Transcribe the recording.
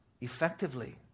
effectively